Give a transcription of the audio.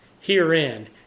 Herein